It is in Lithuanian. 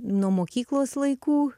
nuo mokyklos laikų